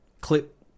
clip